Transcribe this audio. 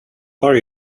are